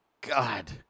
God